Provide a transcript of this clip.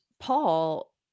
Paul